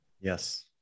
Yes